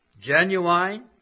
genuine